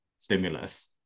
stimulus